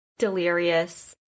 Delirious